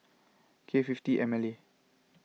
K fifty M L A